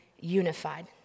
unified